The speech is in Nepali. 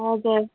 हजुर